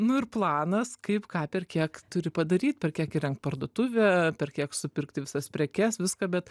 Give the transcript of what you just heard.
nu ir planas kaip ką per kiek turi padaryt per kiek įrengt parduotuvę per kiek supirkti visas prekes viską bet